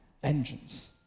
vengeance